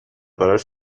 براش